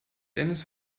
dennis